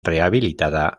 rehabilitada